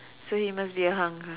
so he must be a hunk ah